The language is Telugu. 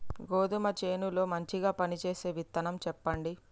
గోధుమ చేను లో మంచిగా పనిచేసే విత్తనం చెప్పండి?